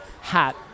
hat